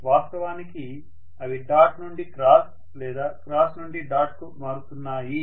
వాస్తవానికి అవి డాట్ నుండి క్రాస్ లేదా క్రాస్ నుండి డాట్ కు మారుతున్నాయి